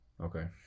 Okay